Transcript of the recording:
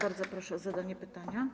Bardzo proszę o zadanie pytania.